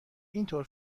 اینطور